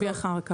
אני אביא אחר כך.